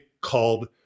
called